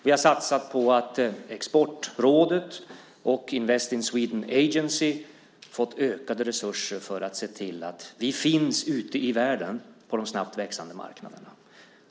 Vi har satsat på att Exportrådet och Invest in Sweden Agency har fått ökade resurser för att se till att Sverige finns ute i världen på de snabbt växande marknaderna.